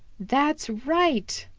that's right,